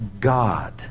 God